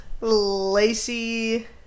Lacey